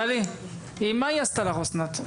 טלי, מה עשתה לך אסנת?